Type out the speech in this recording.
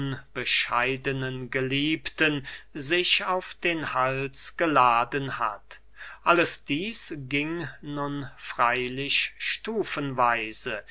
unbescheidenen geliebten sich auf den hals geladen hat alles dieß ging nun freylich stufenweise